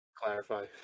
Clarify